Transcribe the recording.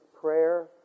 prayer